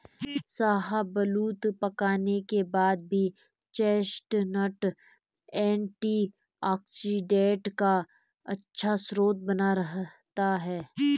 शाहबलूत पकाने के बाद भी चेस्टनट एंटीऑक्सीडेंट का अच्छा स्रोत बना रहता है